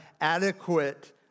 adequate